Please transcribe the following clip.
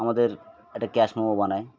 আমাদের একটা cash memo বানায়